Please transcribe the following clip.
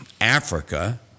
Africa